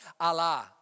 Allah